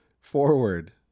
Forward